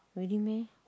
really meh